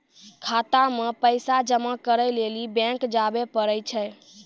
खाता मे पैसा जमा करै लेली बैंक जावै परै छै